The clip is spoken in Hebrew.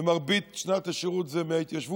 ומרבית שנת השירות זה מההתיישבות.